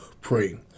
pray